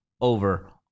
over